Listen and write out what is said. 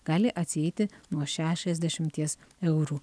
gali atsieiti nuo šešiasdešimties eurų